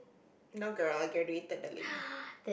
no girl I can read that darling